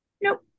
Nope